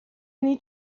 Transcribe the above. need